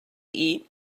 eat